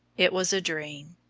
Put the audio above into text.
it was a dream.